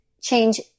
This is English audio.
change